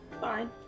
Fine